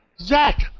Zach